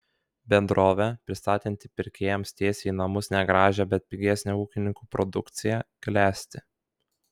bendrovė pristatanti pirkėjams tiesiai į namus negražią bet pigesnę ūkininkų produkciją klesti